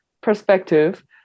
perspective